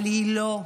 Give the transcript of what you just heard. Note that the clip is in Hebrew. אבל היא לא.